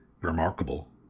remarkable